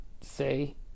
say